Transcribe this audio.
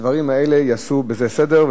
הדברים האלה יעשו בזה סדר.